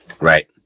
Right